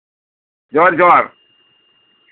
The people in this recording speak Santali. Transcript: ᱡᱚᱦᱟᱨ ᱡᱚᱦᱟᱨ